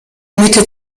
mitte